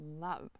love